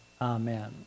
Amen